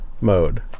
mode